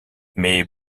mais